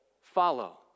follow